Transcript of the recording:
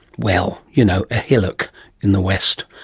well, you know, ah hillock in the west.